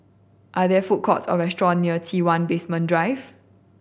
are there food courts or restaurants near T One Basement Drive